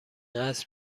اسب